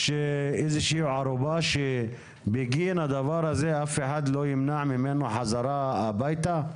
יש איזו שהיא ערובה שבגין הדבר הזה אף אחד לא ימנע ממנו לחזור הביתה.